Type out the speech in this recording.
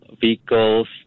vehicles